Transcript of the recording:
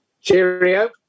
Cheerio